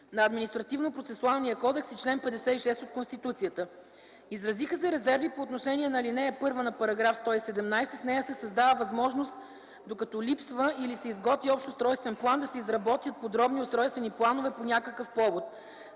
на Административнопроцесуалния кодекс и чл. 56 от Конституцията. Изразиха се резерви по отношение на ал. 1 на § 117. С нея се създава възможност докато липсва или се изготвя Общ устройствен план, да се изработват подробни устройствени планове по някакъв повод.